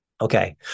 Okay